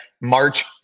march